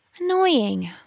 Annoying